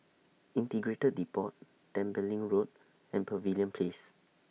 Integrated Depot Tembeling Road and Pavilion Place